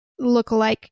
lookalike